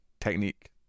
technique